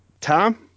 Tom